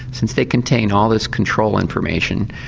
since they contain all this control information.